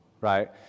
right